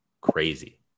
crazy